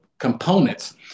Components